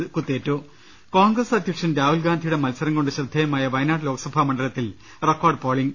്്്്്്്് കോൺഗ്രസ് അധ്യക്ഷൻ രാഹുൽ ഗാന്ധിയുടെ മത്സരം കൊണ്ട് ശ്രദ്ധേ യമായ വയനാട് ലോസക്സഭാ മണ്ഡലത്തിൽ റെക്കോർഡ് പോളിംഗ്